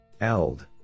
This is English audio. ELD